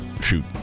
shoot